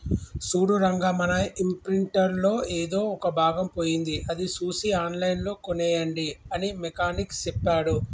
సూడు రంగా మన ఇంప్రింటర్ లో ఎదో ఒక భాగం పోయింది అది సూసి ఆన్లైన్ లో కోనేయండి అని మెకానిక్ సెప్పాడు